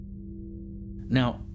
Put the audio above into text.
Now